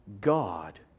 God